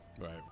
Right